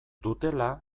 dutela